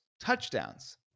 touchdowns